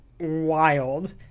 wild